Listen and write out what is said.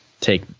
take